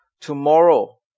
tomorrow